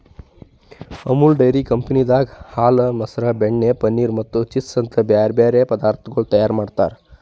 Amul dairy ಕಂಪನಿದಾಗ್ ಹಾಲ, ಮೊಸರ, ಬೆಣ್ಣೆ, ಪನೀರ್ ಮತ್ತ ಚೀಸ್ ಅಂತ್ ಬ್ಯಾರೆ ಬ್ಯಾರೆ ಪದಾರ್ಥಗೊಳ್ ತೈಯಾರ್ ಮಾಡ್ತಾರ್